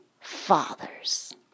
father's